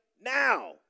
now